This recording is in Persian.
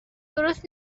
درست